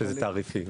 במודל תעריפי,